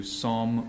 Psalm